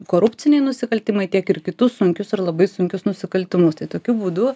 korupciniai nusikaltimai tiek ir kitus sunkius ir labai sunkius nusikaltimus tai tokiu būdu